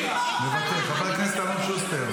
מוותר, חבר הכנסת אלון שוסטר,